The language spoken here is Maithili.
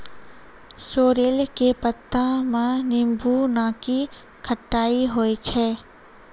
सोरेल के पत्ता मॅ नींबू नाकी खट्टाई होय छै